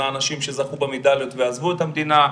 האנשים שזכו במדליות ועזבו את המדינה,